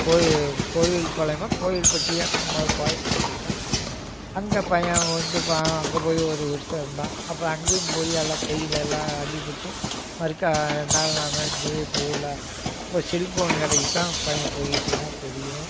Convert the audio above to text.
கோவில் பாளையமோ கோவில்பட்டியோ நம்ம கோயமுத்தூர் கிட்டே அங்கே பையன் வந்து பாவம் அங்கே போய் ஒரு வருஷம் இருந்தான் அப்புறம் அங்கேயும் போய் எல்லாம் கையிலெல்லாம் அடிப்பட்டு மறுக்கா ரெண்டு நாள் எங்கேயுமே போகல இப்போ செல் ஃபோன் கடைக்குதான் பையன் போய்கிட்டு இருக்கான் பெரியவன்